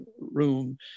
room